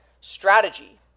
strategy